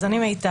אז אני מיטל,